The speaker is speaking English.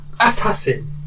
Assassin